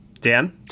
Dan